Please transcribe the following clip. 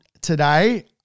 today